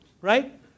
right